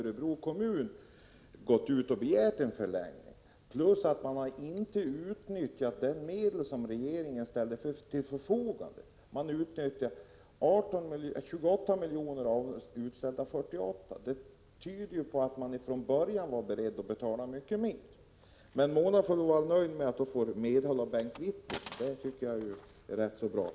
Örebro kommun har begärt en förlängning, plus att man inte har utnyttjat de medel som regeringen ställt till förfogande. Man utnyttjade 28 miljoner av tilldelade 48. Det tyder på att man från början var beredd att betala mycket mer. Men Mona Sahlin får vara nöjd med att hon får medhåll från Bengt Wittbom. Det tycker jag är rätt så bra.